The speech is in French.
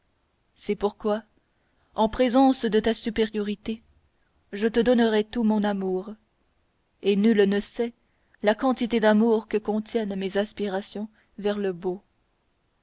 c'est pourquoi en présence de ta supériorité je te donnerais tout mon amour et nul ne sait la quantité d'amour que contiennent mes aspirations vers le beau